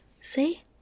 see